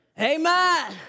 Amen